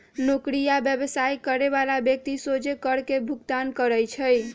नौकरी आ व्यवसाय करे बला व्यक्ति सोझे कर के भुगतान करइ छै